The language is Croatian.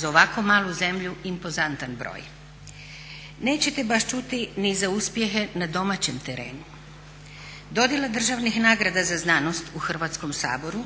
Za ovako malu zemlju impozantan broj. Nećete baš čuti ni za uspjehe na domaćem terenu. Dodjela državnih nagrada za znanost u Hrvatskom saboru